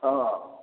हॅं